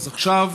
אז עכשיו,